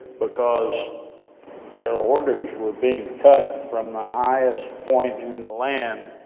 because their orders were being cut from the highest point in the land,